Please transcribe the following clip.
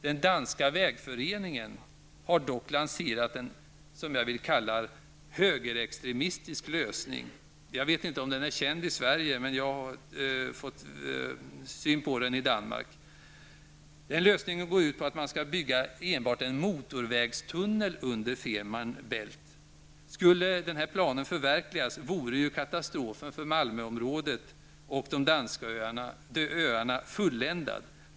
Den danska vägföreningen har dock lanserat vad jag vill kalla en högerextremistisk lösning med enbart en motorvägstunnel under Femer Bält. Skulle denna plan förverkligas vore katastrofen för Malmöområdet och de danska öarna fulländad.